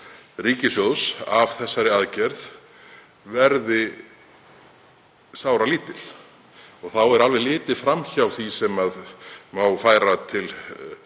ríkissjóðs af þessari aðgerð verði sáralítil. Þá er alveg litið fram hjá því sem má færa plúsmegin